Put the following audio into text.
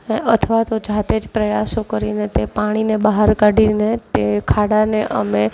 અથવા તો જાતે જ પ્રયાસો કરીને તે પાણીને બહાર કાઢીને તે ખાડાને અમે